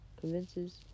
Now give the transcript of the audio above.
convinces